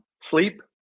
sleep